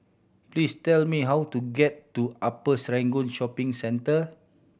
please tell me how to get to Upper Serangoon Shopping Centre